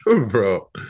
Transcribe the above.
bro